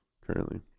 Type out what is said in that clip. currently